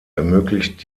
ermöglicht